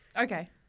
Okay